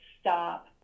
stop